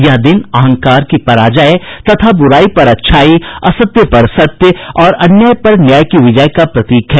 यह दिन अहंकार की पराजय तथा बुराई पर अच्छाई असत्य पर सत्य और अन्याय पर न्याय की विजय का प्रतीक है